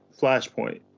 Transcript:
Flashpoint